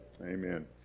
Amen